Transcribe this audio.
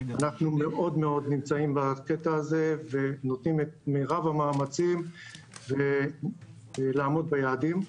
אנחנו מאוד נמצאים בקטע הזה ונותנים את מירב המאמצים לעמוד ביעדים.